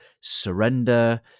surrender